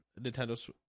Nintendo